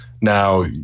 now